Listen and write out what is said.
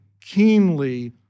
keenly